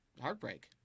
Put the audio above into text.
heartbreak